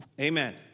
Amen